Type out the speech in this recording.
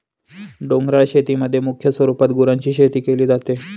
डोंगराळ शेतीमध्ये मुख्य स्वरूपात गुरांची शेती केली जाते